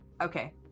Okay